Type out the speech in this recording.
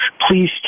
Please